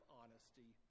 honesty